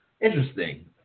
interesting